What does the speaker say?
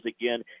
again